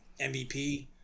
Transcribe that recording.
MVP